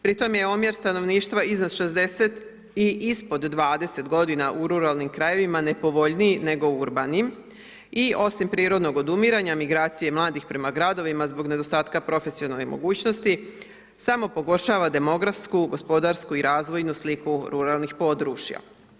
Pri tom je omjer stanovništva iznad 60 i ispod 20 godina u ruralnim krajevima nepovoljniji nego u urbanim i osim prirodnog odumiranja, migracije i mladih prema gradovima zbog nedostatka profesionalnih mogućnosti, samo pogoršava demografsku, gospodarsku i razvojnu sliku ruralnih područja.